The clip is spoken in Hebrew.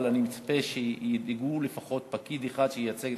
אבל אני מצפה שידאגו שיהיה לפחות פקיד אחד שייצג את המגזר הדרוזי.